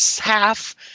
half